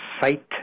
Site